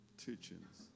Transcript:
teachings